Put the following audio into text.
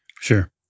Sure